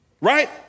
Right